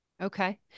Okay